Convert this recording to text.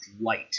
light